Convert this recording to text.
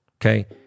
okay